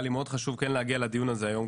לי מאוד חשוב להגיע לדיון הזה היום.